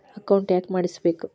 Account ಯಾಕ್ ಮಾಡಿಸಬೇಕು?